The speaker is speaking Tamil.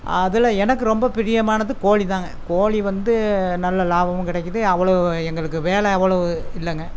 அதில் எனக்கு ரொம்ப பிரியமானது கோழி தாங்க கோழி வந்து நல்ல லாபமும் கிடைக்கிது அவ்வளோ எங்களுக்கு வேலை அவ்வளோவு இல்லைங்க